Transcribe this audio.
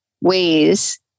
ways